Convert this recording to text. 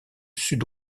sud